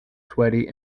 sweaty